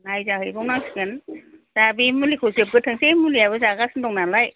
नायजाहैबावनांसिगोन दा बे मुलिया जोबग्रोथोंसै मुलिबो जागासिनो दं नालाय